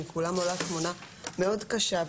מכולם עולה תמונה מאוד קשה.